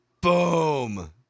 Boom